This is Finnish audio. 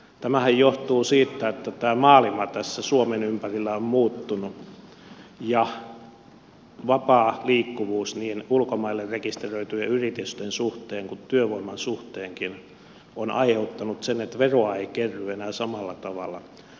tämähän johtuu siitä että tämä maailma tässä suomen ympärillä on muuttunut ja vapaa liikkuvuus niin ulkomaille rekisteröityjen yritysten suhteen kuin työvoimankin suhteen on aiheuttanut sen että veroa ei kerry enää samalla tavalla